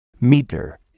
Meter